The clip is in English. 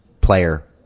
player